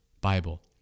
Bible